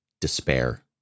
despair